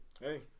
Hey